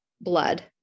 blood